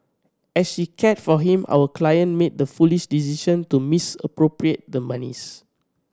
as she cared for him our client made the foolish decision to misappropriate the monies